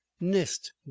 nest